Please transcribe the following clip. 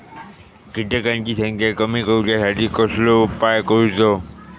किटकांची संख्या कमी करुच्यासाठी कसलो उपाय करूचो?